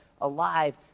alive